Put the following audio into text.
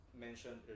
mentioned